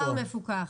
דואר מפוקח.